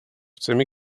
semi